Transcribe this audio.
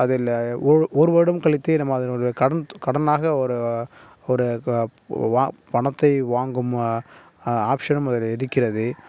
அதில் ஒரு ஒரு வருடம் கழித்து நம்ம அதனுடைய கடன் கடனாக ஒரு ஒரு கா வ வா பணத்தை வாங்கும் ஆப்ஷனும் அதில் இருக்கிறது